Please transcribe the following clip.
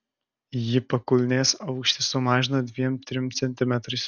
ji pakulnės aukštį sumažina dviem trim centimetrais